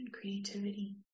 creativity